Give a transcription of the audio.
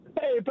Hey